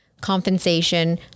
compensation